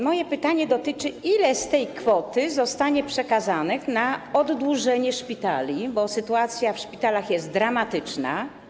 Może pytanie dotyczy tego, ile z tej kwoty zostanie przekazane na oddłużenie szpitali, bo sytuacja w szpitalach jest dramatyczna.